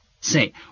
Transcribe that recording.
Say